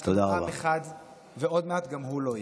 יש לנו עם אחד ועוד מעט גם הוא לא יהיה.